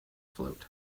float